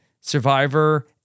Survivor